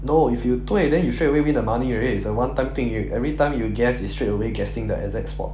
no if you 对 then you straight away win the money already it's a one time thing you everytime you guess it's straight away guessing the exact spot